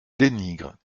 dénigre